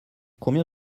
combien